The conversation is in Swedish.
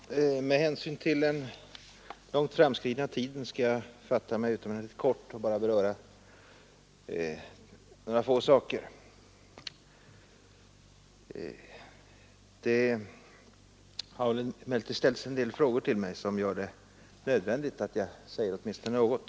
Herr talman! Med hänsyn till den långt framskridna tiden skall jag fatta mig kort och bara beröra några få saker. Det har emellertid ställts en del frågor till mig som gör det nödvändigt att jag säger åtminstone något.